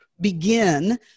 begin